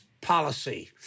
policy